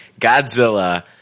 Godzilla